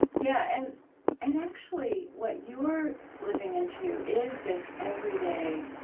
yeah and and actually, what you're living into is this everyday,